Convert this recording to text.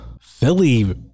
philly